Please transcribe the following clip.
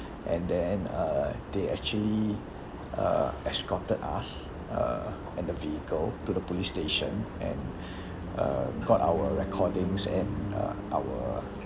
and then uh they actually uh escorted us uh and the vehicle to the police station and uh got our recordings and uh our